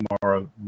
tomorrow